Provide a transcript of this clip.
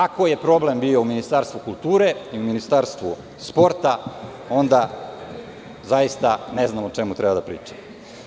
Ako je problem bio u Ministarstvu kulture, Ministarstvu sporta, onda ne znam o čemu treba da pričamo.